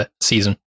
season